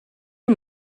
une